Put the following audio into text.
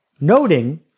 noting